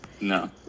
No